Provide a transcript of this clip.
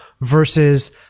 Versus